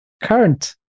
current